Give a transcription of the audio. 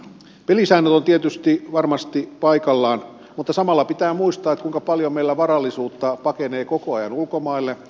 pelisäännöt ovat tietysti varmasti paikallaan mutta samalla pitää muistaa kuinka paljon meillä varallisuutta pakenee koko ajan ulkomaille